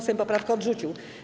Sejm poprawkę odrzucił.